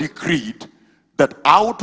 decreed that ou